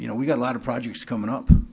you know we got a lot of projects coming up.